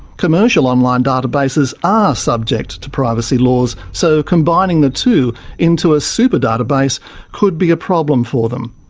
commercial online databases are subject to privacy laws, so combining the two into a super-database could be a problem for them.